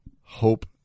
hope